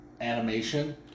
animation